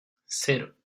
cero